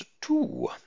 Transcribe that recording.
two